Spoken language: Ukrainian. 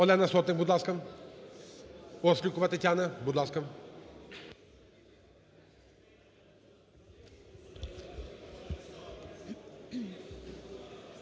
Олена Сотник, будь ласка. ОстріковаТетяна, будь ласка.